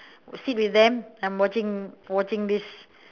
sit with them I'm watching watching this